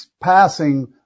passing